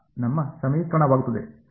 ನಮ್ಮ ಸಮೀಕರಣವಾಗುತ್ತದೆ